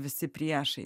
visi priešai